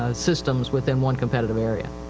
ah systems within one competitive area.